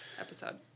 episode